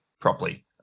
properly